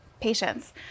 patients